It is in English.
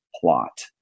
plot